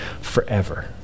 forever